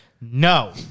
no